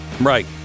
Right